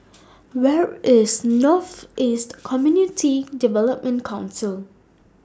Where IS North East Community Development Council